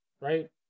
right